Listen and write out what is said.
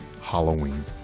Halloween